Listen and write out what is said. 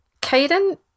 Caden